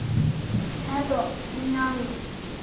ᱦᱮᱸ ᱛᱚ ᱢᱮᱭᱟᱝ